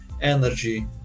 energy